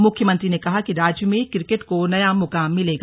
मुख्यमंत्री ने कहा कि राज्य में क्रिकेट को नया मुकाम मिलेगा